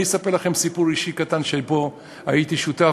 אני אספר לכם סיפור אישי קטן שבו הייתי שותף,